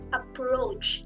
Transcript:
approach